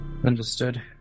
Understood